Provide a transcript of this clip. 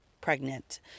pregnant